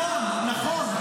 נכון, נכון.